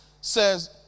says